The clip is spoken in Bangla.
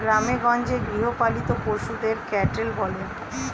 গ্রামেগঞ্জে গৃহপালিত পশুদের ক্যাটেল বলে